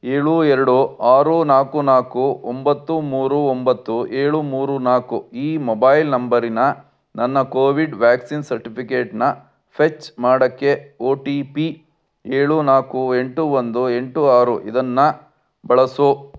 ಏಳು ಎರಡು ಆರು ನಾಲ್ಕು ನಾಲ್ಕು ಒಂಬತ್ತು ಮೂರು ಒಂಬತ್ತು ಏಳು ಮೂರು ನಾಲ್ಕು ಈ ಮೊಬೈಲ್ ನಂಬರಿನ ನನ್ನ ಕೋವಿಡ್ ವ್ಯಾಕ್ಸಿನ್ ಸರ್ಟಿಫಿಕೇಟನ್ನ ಫೆಚ್ ಮಾಡೋಕ್ಕೆ ಒ ಟಿ ಪಿ ಏಳು ನಾಲ್ಕು ಎಂಟು ಒಂದು ಎಂಟು ಆರು ಇದನ್ನು ಬಳಸು